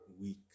week